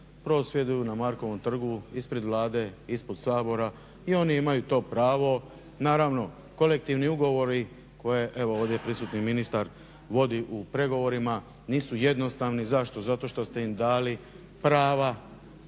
prosvjeduju na Markovom trgu ispred Vlade ispred Sabora i oni imaju to pravo. Naravno, kolektivni ugovori koje evo ovdje prisutni ministar vodi u pregovorima nisu jednostavni. Zašto? Zato što ste im dali prava